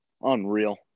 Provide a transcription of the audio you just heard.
Unreal